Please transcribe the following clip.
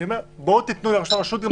אני אומר: בואו ותנו לראש הרשות.